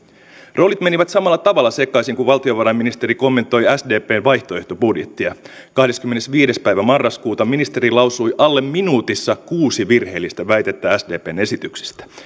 roolit menivät samalla tavalla sekaisin kun valtiovarainministeri kommentoi sdpn vaihtoehtobudjettia kahdeskymmenesviides päivä marraskuuta ministeri lausui alle minuutissa kuusi virheellistä väitettä sdpn esityksestä